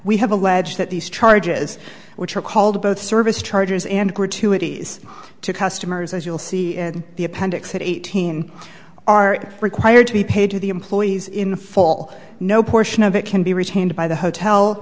we have alleged that these charges which are called both service charges and gratuities to customers as you'll see in the appendix eighteen are required to be paid to the employees in the fall no portion of it can be retained by the hotel